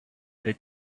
they